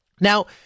Now